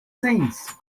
saints